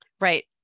right